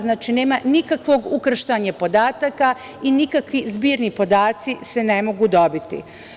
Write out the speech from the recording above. Znači, nema nikakvog ukrštanja podataka i nikakvi zbirni podaci se ne mogu dobiti.